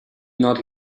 not